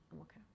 okay